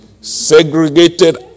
segregated